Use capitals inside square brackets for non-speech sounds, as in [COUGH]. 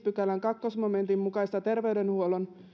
[UNINTELLIGIBLE] pykälän toisen momentin mukaista terveydenhuollon